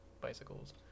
bicycles